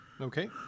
Okay